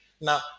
Now